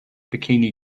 bikini